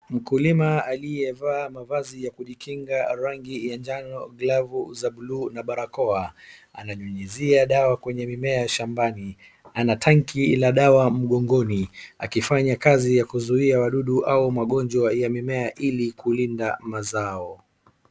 Mkulima aliyevaa mavazi ya kujikinga ya rangi ya njano, glavu za buluu na barakoa, ananyunyizia dawa kwenye mimea shambani, ana tanki la dawa mgongoni akifanya kazi ya kuzuia wadudu au magonjwa ya mimea ili kulinda mazao.